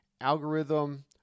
Algorithm